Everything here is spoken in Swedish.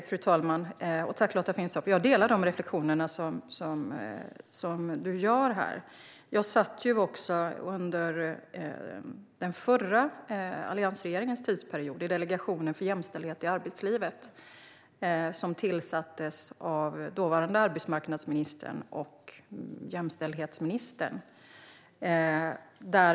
Fru talman! Jag delar de reflektioner som du gör här, Lotta Finstorp. Jag satt under alliansregeringens period vid makten i Delegationen för jämställdhet i arbetslivet som tillsattes av dåvarande arbetsmarknadsministern och jämställdhetsministern.